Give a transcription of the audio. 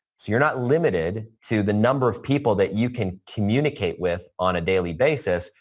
you're not limited to the number of people that you can communicate with on a daily basis.